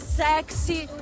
sexy